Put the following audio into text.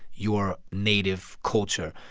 your native culture.